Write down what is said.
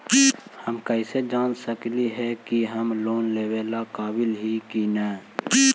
हम कईसे जान सक ही की हम लोन लेवेला काबिल ही की ना?